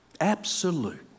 Absolute